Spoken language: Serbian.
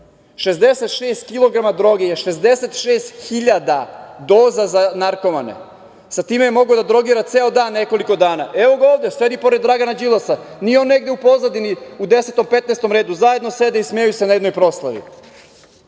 kilograma droge je 66.000 doza za narkomane. Sa time je mogao da drogira ceo dan nekoliko dana. Evo ga ovde, sedi pored Dragana Đilasa. Nije on negde u pozadini, u desetom, petnaestom redu, zajedno sede i smeju se na jednoj proslavi. Na